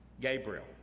Gabriel